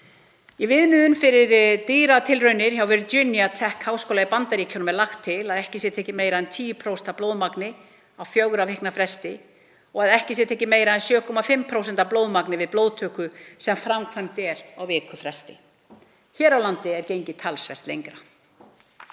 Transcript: Í viðmiðum fyrir dýratilraunir hjá Virginia Tech-háskóla í Bandaríkjunum er lagt til að ekki sé tekið meira en 10% af blóðmagni á fjögurra vikna fresti og að ekki sé tekið meira en 7,5% af blóðmagni við blóðtöku sem framkvæmd er á vikufresti. Hér á landi er gengið talsvert lengra.